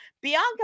Bianca